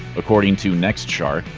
according to nextshark,